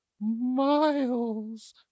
Miles